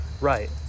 right